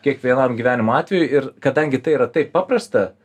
kiekvienam gyvenimo atvejui ir kadangi tai yra taip paprasta